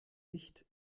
nicht